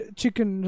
chicken